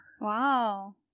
Wow